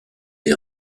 les